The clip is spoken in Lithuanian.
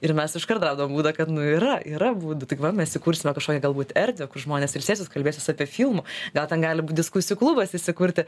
ir mes iškart radom būdą kad nu yra yra būdų tik va mes įkursime kažkokią galbūt erdvę kur žmonės ilsėsis kalbėsis apie filmą gal ten gali būt diskusijų klubas įsikurti